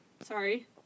Sorry